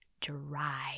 dry